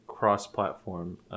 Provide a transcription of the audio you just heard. cross-platform